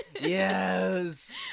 yes